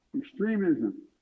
extremism